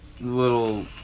little